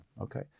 Okay